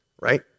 right